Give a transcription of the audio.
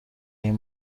این